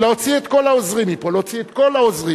להוציא את כל העוזרים מפה, להוציא את כל העוזרים.